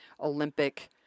Olympic